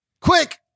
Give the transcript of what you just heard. Quick